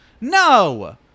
No